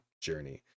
journey